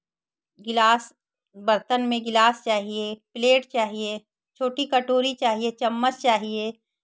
गिलास बर्तन में गिलास चाहिए प्लेट चाहिए छोटी कटोरी चाहिए चम्मच चाहिए